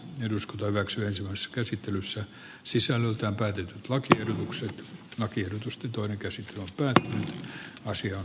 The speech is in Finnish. eduskunta hyväksyi asumiskäsittelyssä sisällöltään heti lakiehdotukset aki odotusten näkökohta otettaisiin vakavasti huomioon